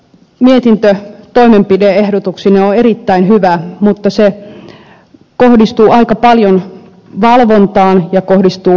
mietintö toimenpide ehdotuksineen on erittäin hyvä mutta se kohdistuu aika paljon valvontaan ja rangaistuksiin